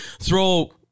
throw